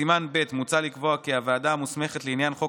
בסימן ב' מוצע לקבוע כי הוועדה המוסמכת לעניין חוק